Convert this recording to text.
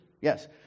Yes